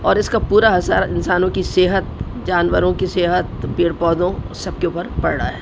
اور اس کا پورا اثر انسانوں کی صحت جانوروں کی صحت پیڑ پودوں سب کے اوپر پڑا ہے